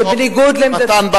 שבניגוד, מתן בא